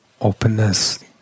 Openness